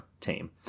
tame